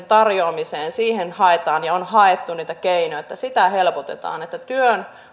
tarjoamiseen haetaan ja on haettu niitä keinoja että sitä helpotetaan että työn